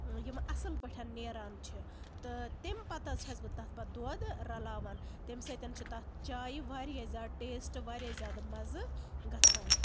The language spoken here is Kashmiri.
یِم اَصٕل پٲٹھۍ نیران چھِ تہٕ تَمہِ پَتہٕ حظ چھَس بہٕ تَتھ پتہٕ دۄد حظ رَلاوان تَمہِ سۭتۍ چھُ تَتھ چایہِ واریاہ زیادٕ ٹیسٹ واریاہ زیادٕ مَزٕ گژھان